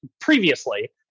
previously